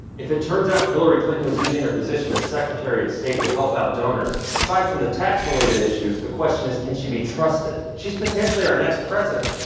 if it turns out hillary clinton was using her position as secretary of state to help out donors, aside from the tax related issues, the question is can she be trusted she's potentially our next president!